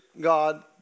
God